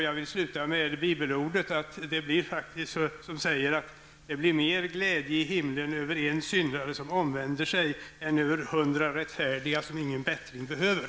Jag vill avsluta med ett bibelord: Det blir mer glädje i himlen över en syndare som omvänder sig än över hundra rättfärdiga som ingen bättring behöver.